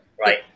right